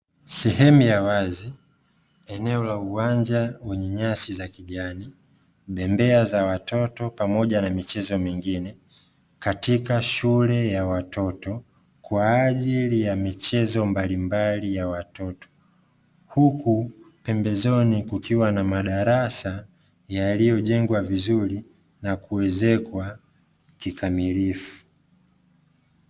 Sehemu ya wazi eneo la uwanja lenye nyasi za kijani, bembea za watoto pamoja na michezo mingine katika shule ya watoto kwa ajili ya michezo mbalimbali ya watoto. Huku pembezoni kukiwa na madarasa yaliyo jengwa vizuri na kuezekwa kikamilifu.